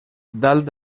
dalt